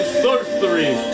sorcery